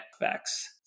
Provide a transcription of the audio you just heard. effects